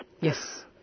Yes